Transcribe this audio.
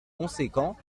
conséquents